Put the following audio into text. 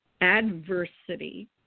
adversity